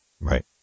Right